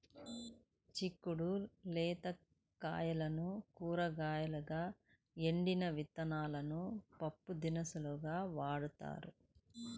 చిక్కుడు లేత కాయలను కూరగాయలుగా, ఎండిన విత్తనాలను పప్పుదినుసులుగా వాడతారు